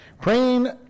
praying